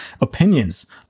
opinions